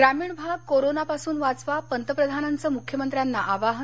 ग्रामीण भाग कोरोना पासून वाचवा पंतप्रधानांचं मुख्यमंत्र्यांना आवाहन